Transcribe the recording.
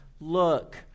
look